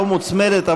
לא מוצמדת,